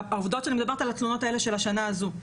העובדות שאני מדברת על התלונות האלה של השנה הזו.